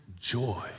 joy